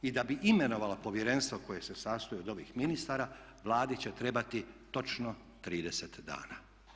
I da bi imenovala povjerenstvo koje se sastoji od ovih ministara Vladi će trebati točno 30 dana.